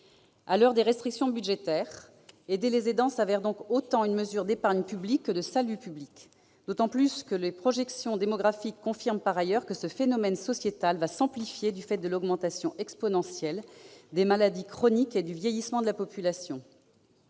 À l'heure des restrictions budgétaires, aider les aidants se révèle donc autant une mesure d'épargne publique que de salut public. C'est d'autant plus vrai que, par ailleurs, les projections démographiques confirment que ce phénomène sociétal va s'amplifier, du fait de l'augmentation exponentielle des maladies chroniques et du vieillissement de la population.